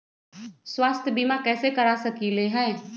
स्वाथ्य बीमा कैसे करा सकीले है?